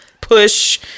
push